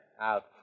Out